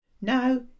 now